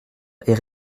est